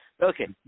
Okay